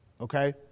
Okay